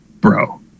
bro